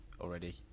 already